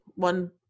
one